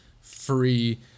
free